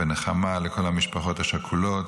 ונחמה לכל המשפחות השכולות,